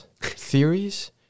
theories